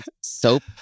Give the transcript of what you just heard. Soap